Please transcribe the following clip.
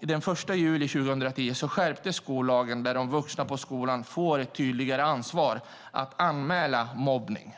Den 1 juli 2010 skärptes skollagen, där de vuxna på skolan får tydligare ansvar för att anmäla mobbning.